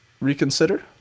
reconsider